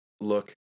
look